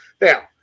Now